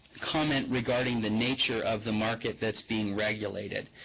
comment regarding the nature of the market that's being regulated.